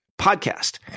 podcast